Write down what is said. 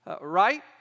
Right